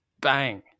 Bang